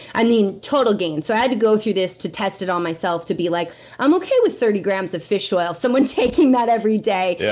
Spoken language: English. i mean, total gain. so i had to go through this, to test it on myself, to be like i'm okay with thirty grams of fish oil, someone taking that every day. yeah